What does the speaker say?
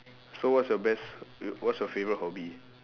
so what's your best what's your favourite hobby